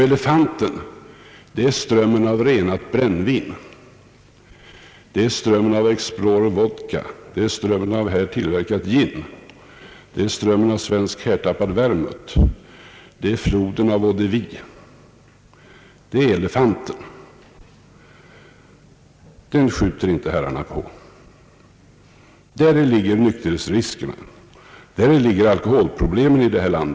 Elefanten, det är strömmen av renat brännvin, strömmen av Explorer vodka, strömmen av här tillverkat gin, strömmen av svensk härtappad vermouth och det är floden av eau de vie — det är elefanten. Den skjuter inte herrarna på; däri ligger nykterhetsriskerna, däri ligger alkoholproblemet i detta land.